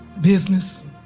business